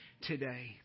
today